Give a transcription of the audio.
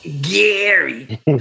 Gary